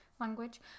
language